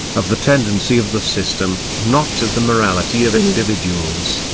of the tendency of the system, not of the morality of individuals,